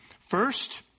First